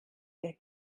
ihr